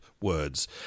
words